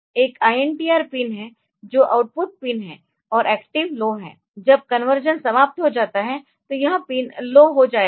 एक INTR pin है जो आउटपुट पिन है और एक्टिव लो है जब कन्वर्शन समाप्त हो जाता है तो यह पिन लो हो जाएगा